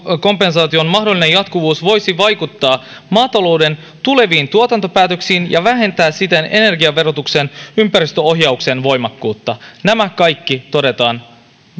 kompensaation mahdollinen jatkuvuus voisi vaikuttaa maatalouden tuleviin tuotantopäätöksiin ja vähentää siten energiaverotuksen ympäristöohjauksen voimakkuutta nämä kaikki todetaan